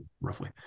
roughly